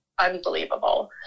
unbelievable